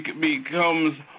becomes